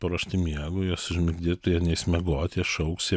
paruošti miegui juos užmigdyt tai jie neis miegot jie šauks jie